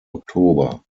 oktober